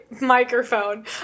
microphone